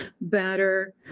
better